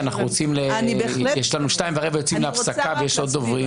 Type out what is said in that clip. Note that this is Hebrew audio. כי ב-14:15 יוצאים להפסקה ויש עוד דוברים.